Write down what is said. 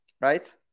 Right